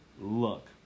Look